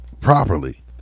Properly